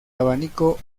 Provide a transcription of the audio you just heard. abanico